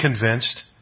convinced